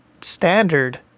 standard